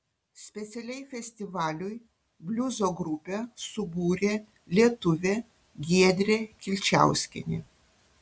specialiai festivaliui bliuzo grupę subūrė lietuvė giedrė kilčiauskienė